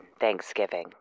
Thanksgiving